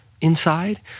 inside